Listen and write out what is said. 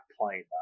playing